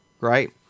right